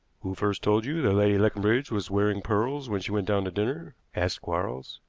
who first told you that lady leconbridge was wearing pearls when she went down to dinner? asked quarles.